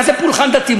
מה זה פולחן דתי?